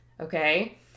okay